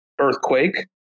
earthquake